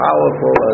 Powerful